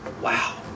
Wow